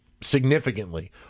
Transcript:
significantly